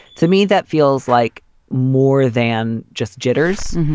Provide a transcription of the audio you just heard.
to me, that feels like more than just jitters.